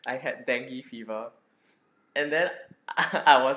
I had dengue fever and then I I was